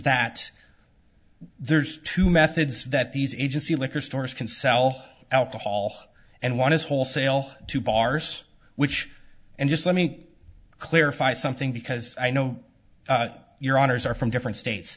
that there's two methods that these agency liquor stores can sell alcohol and one is wholesale to bars which and just let me clarify something because i know your honour's are from different states